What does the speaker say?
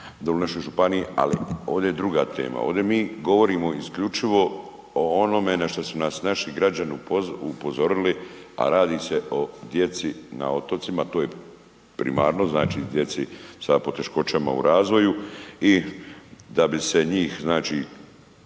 Ali ovde je druga tema, ovde mi govorimo isključivo o onome na što su nas naši građani upozorili, a radi se o djeci na otocima to je primarno, znači djeci sa poteškoćama u razvoju i da bi se njih znači,